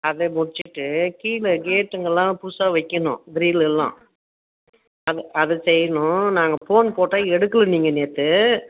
அதை முடிச்சுட்டு கீழே கேட்டுங்களெல்லாம் புதுசாக வைக்கணும் க்ரில் எல்லாம் அதை அதை செய்யணும் நாங்கள் ஃபோன் போட்டோம் எடுக்கலை நீங்கள் நேற்று